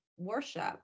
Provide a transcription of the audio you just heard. worship